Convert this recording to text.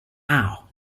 wow